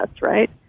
right